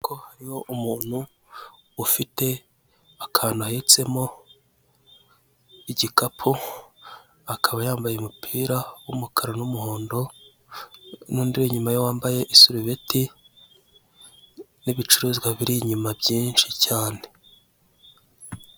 Ko hariho umuntu ufite akantu ahetseho igikapu akaba yambaye umupira w'umukara n'umuhondo, inyuma ye hari undi wambaye isurubeti n'ibiciruzwa biri inyuma nyinshi cyane.